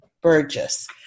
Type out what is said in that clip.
Burgess